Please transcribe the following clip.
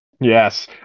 Yes